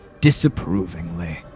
disapprovingly